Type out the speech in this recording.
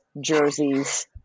jerseys